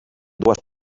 dues